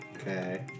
Okay